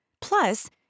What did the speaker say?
Plus